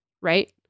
right